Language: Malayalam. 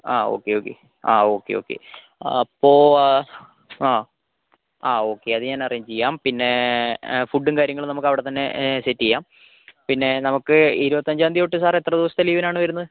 ആ ഓക്കെ ഓക്കെ ആ ഓക്കേ ഓക്കെ അപ്പോൾ ആ ആ ഓക്കെ അതു ഞാൻ അറേഞ്ച് ചെയ്യാം പിന്നെ ഫുഡും കാര്യങ്ങളും നമുക്കവിടെത്തന്നെ സെറ്റ് ചെയ്യാം പിന്നെ നമുക്ക് ഇരുപത്തഞ്ചാം തീയ്യതി തൊട്ടു സർ എത്ര ദിവസത്തെ ലീവിനാണ് വരുന്നത്